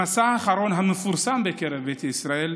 המסע האחרון, המפורסם בקרב ביתא ישראל,